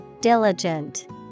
Diligent